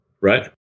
right